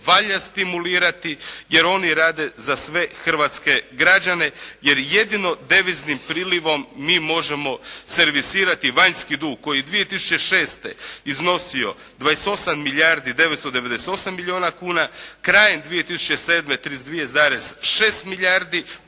valja stimulirati jer oni rade za sve hrvatske građane jer jedino deviznim prilivom mi možemo servisirati vanjski dug koji je 2006. iznosio 28 milijardi 998 milijuna kuna, krajem 2007. 32,6 milijardi,